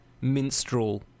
minstrel